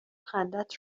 خندت